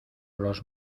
los